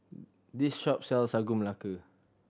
this shop sells Sagu Melaka